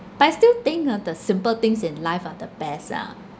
but I still think ah the simple things in life are the best ah